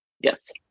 Yes